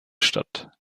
stadt